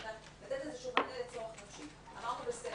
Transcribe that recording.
איזשהו מענה לצורך נפשי ואנחנו אמרנו בסדר.